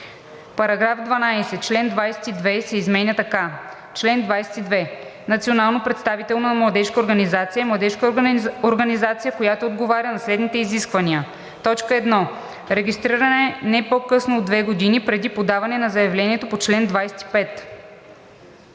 § 12: „§ 12. Член 22 се изменя така: „Чл. 22. Национално представителна младежка организация е младежка организация, която отговаря на следните изисквания: 1. регистрирана е не по-късно от две години преди подаване на заявлението по чл. 25;“